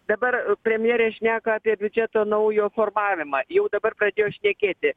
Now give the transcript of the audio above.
dabar premjerė šneka apie biudžeto naujo formavimą jau dabar pradėjo šnekėti